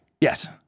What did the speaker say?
yes